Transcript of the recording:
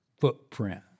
footprint